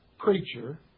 creature